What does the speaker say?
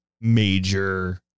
major